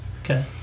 Okay